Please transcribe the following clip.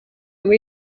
muri